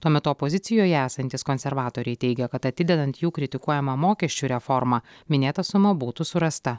tuo metu opozicijoje esantys konservatoriai teigia kad atidedant jų kritikuojamą mokesčių reformą minėta suma būtų surasta